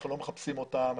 אנחנו לא מחפשים אותם.